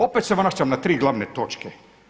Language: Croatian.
Opet se vraćam na tri glavne točke.